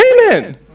Amen